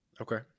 Okay